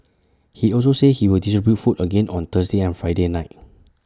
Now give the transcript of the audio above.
he also said he will distribute food again on Thursday and Friday night